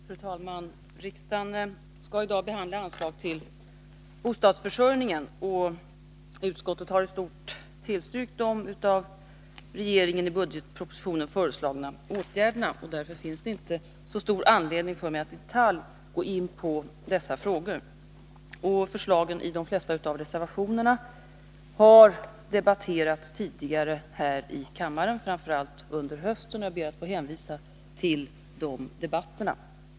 Fru talman! Riksdagen skall i dag behandla civilutskottets betänkande om anslag till bostadsförsörjningen. Utskottet har i stort tillstyrkt de av regeringen i budgetpropositionen föreslagna åtgärderna. Därför finns det inte så stor anledning för mig att i detalj gå in på dessa frågor. Förslagen i de flesta av reservationerna har också tidigare debatterats här i kammaren, framför allt under hösten. Jag ber att få hänvisa till dessa debatter.